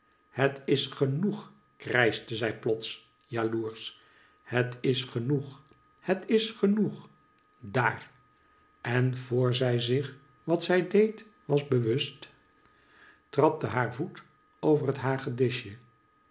het is genoeg krijschte zij plots jaloersch het is genoeg het is genoeg daar en vor zij zich wat zij deed was bewust trapte haar voet over het